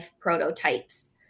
prototypes